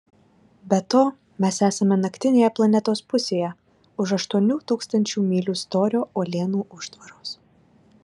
be to mes esame naktinėje planetos pusėje už aštuonių tūkstančių mylių storio uolienų užtvaros